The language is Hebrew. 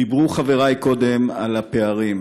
דיברו חברי קודם על הפערים,